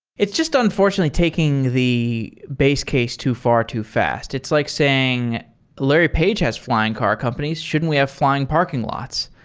it's just unfortunately taking the base case too far too fast. it's like saying larry page has fl ying and car companies. shouldn't we have fl ying parking lots?